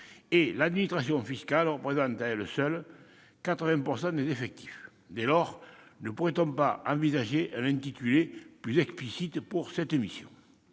et l'administration fiscale correspond, à elle seule, à 80 % des effectifs. Dès lors, ne pourrait-on pas envisager un intitulé plus explicite ? Les défis